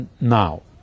now